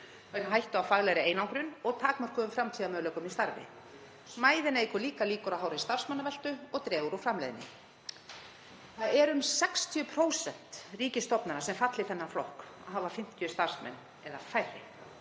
vegna hættu á faglegri einangrun og takmörkuðum framtíðarmöguleikum í starfi. Smæðin eykur líka líkur á hárri starfsmannaveltu og dregur úr framleiðni. Um 60% ríkisstofnana falla í þennan flokk, þ.e. hafa 50 starfsmenn eða færri.